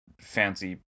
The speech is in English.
fancy